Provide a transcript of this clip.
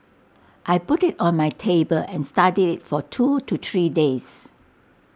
I put IT on my table and studied IT for two to three days